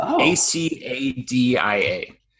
A-C-A-D-I-A